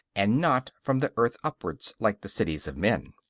and not from the earth upwards, like the cities of men.